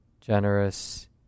generous